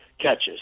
catches